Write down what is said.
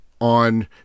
on